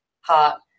heart